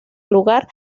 lugar